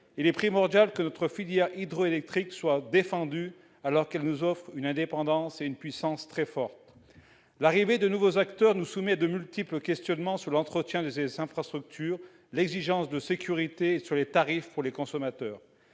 il est primordial que notre filière hydroélectrique soit défendue, alors qu'elle nous offre une indépendance et une puissance très fortes. L'arrivée de nouveaux acteurs nous soumet à de multiples questionnements sur l'entretien de ces infrastructures, l'exigence de sécurité et les tarifs pour les consommateurs.